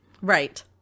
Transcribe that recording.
right